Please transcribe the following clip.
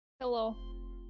Hello